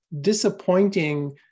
disappointing